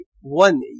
one